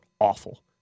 awful